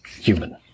human